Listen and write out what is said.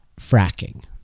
fracking